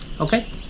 okay